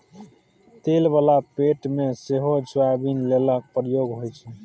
तेल बला पेंट मे सेहो सोयाबीन तेलक प्रयोग होइ छै